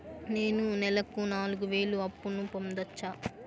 నేను నెలకు నాలుగు వేలు అప్పును పొందొచ్చా?